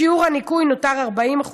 שיעור הניכוי נותר 40%,